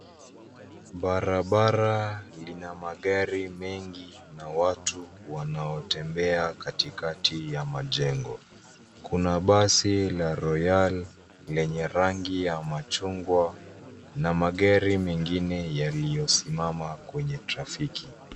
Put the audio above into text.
Barabara lina magari mengi na watu wanaotembea katikati ya majengo. Kuna basi la Royal lenye rangi ya machungwa na magari mengine yaliyosimama kwenye trafiki.